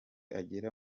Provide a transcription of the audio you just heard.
agera